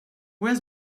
where